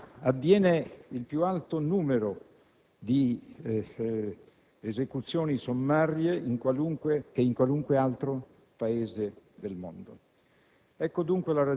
In Cina avviene il più alto numero di esecuzioni sommarie che in qualunque altro Paese del mondo.